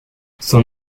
son